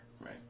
Right